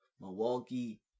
Milwaukee